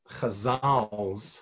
Chazal's